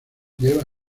lleva